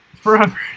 Forever